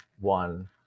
one